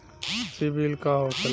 सीबील का होखेला?